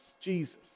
Jesus